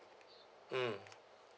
mm